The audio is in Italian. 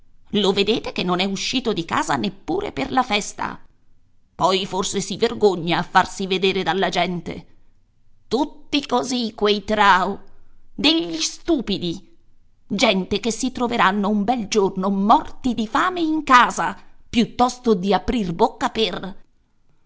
lo vedete che non è uscito di casa neppure per la festa poi forse si vergogna a farsi vedere dalla gente tutti così quei trao degli stupidi gente che si troveranno un bel giorno morti di fame in casa piuttosto di aprir bocca per